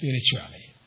spiritually